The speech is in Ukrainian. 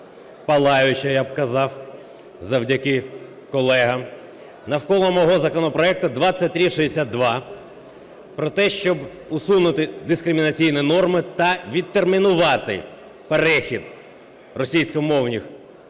палаюча, я б казав, завдяки колегам, навколо мого законопроекту 2362 про те, щоб усунути дискримінаційні норми та відтермінувати перехід російськомовних